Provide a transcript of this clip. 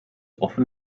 often